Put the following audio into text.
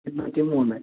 ഇരുന്നൂറ്റി മൂന്ന്